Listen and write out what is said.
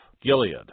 Gilead